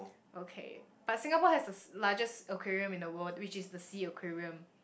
okay but Singapore has the largest aquarium in the world which is the S_E_A-Aquarium